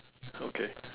okay